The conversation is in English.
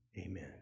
Amen